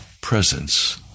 presence